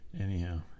Anyhow